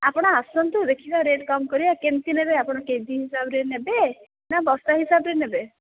ଆପଣ ଆସନ୍ତୁ ଦେଖିବା ରେଟ୍ କମ୍ କରିବା କେମିତି ନେବେ ଆପଣ କେ ଜି ହିସାବରେ ନେବେ ନା ବସ୍ତା ହିସାବରେ ନେବେ